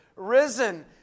risen